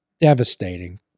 devastating